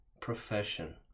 profession